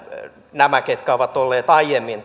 heidän jotka ovat olleet aiemmin